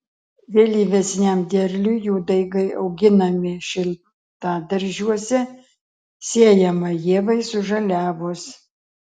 vėlyvesniam derliui jų daigai auginami šiltadaržiuose sėjama ievai sužaliavus